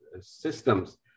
systems